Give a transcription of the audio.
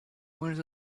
windows